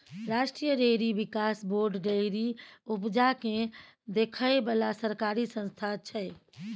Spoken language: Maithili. राष्ट्रीय डेयरी बिकास बोर्ड डेयरी उपजा केँ देखै बला सरकारी संस्था छै